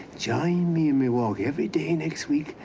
join me in me walk every day next week,